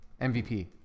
MVP